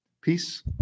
peace